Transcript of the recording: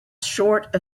short